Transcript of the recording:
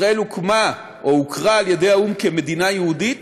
ישראל הוקמה או הוכרה על ידי האו"ם כמדינה יהודית,